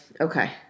Okay